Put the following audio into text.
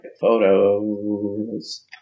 photos